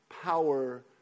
power